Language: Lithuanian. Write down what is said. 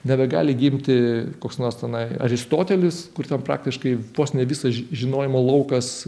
nebegali gimti koks nors tenai aristotelis kur ten praktiškai vos ne visas žinojimo laukas